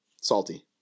Salty